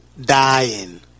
dying